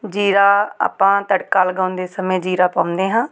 ਜੀਰਾ ਆਪਾਂ ਤੜਕਾ ਲਗਾਉਂਦੇ ਸਮੇਂ ਜੀਰਾ ਪਾਉਂਦੇ ਹਾਂ